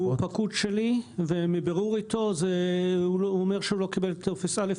הוא פקוד שלי ומבירור אתו הוא אומר שהוא לא קיבל טופס א',